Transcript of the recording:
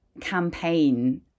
campaign